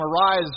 Arise